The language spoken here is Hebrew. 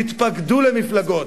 תתפקדו למפלגות,